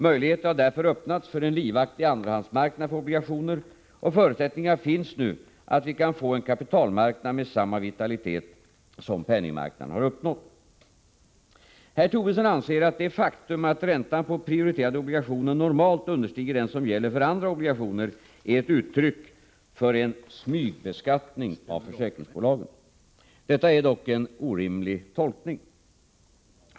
Möjligheter har därför öppnats för en livaktig andrahandsmarknad för obligationer, och förutsättningar finns nu att vi kan få en kapitalmarknad med samma vitalitet som penningmarknaden uppnått. Herr Tobisson anser att det faktum att räntan på prioriterade obligationer normalt understiger den som gäller för andra obligationer är ett uttryck för en ”smygbeskattning” av försäkringsbolagen. Detta är dock en orimlig tolkning.